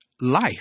life